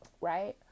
Right